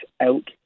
out